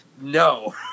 No